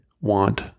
want